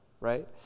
right